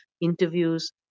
interviews